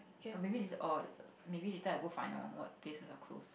err maybe later or~ maybe later I go find lor what places are close